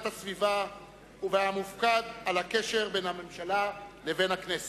הסביבה והמופקד על הקשר בין ממשלה לבין הכנסת.